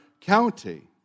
county